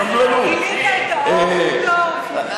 אל תקשה עליי בשאלות טובות.